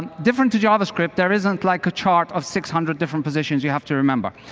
different to javascript, there isn't like a chart of six hundred different positions you have to remember.